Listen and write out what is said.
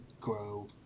grow